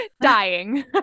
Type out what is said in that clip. Dying